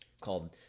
called